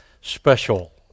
special